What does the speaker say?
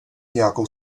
nějak